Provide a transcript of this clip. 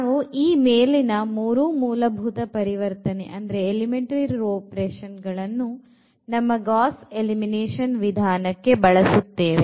ನಾವು ಈ ಮೇಲಿನ ಮೂರೂ ಮೂಲಭೂತ ಪರಿವರ್ತನೆಗಳನ್ನು ನಮ್ಮ ಗಾಸ್ ಎಲಿಮಿನೇಷನ್ ವಿಧಾನಕ್ಕೆ ಬಳಸುತ್ತೇವೆ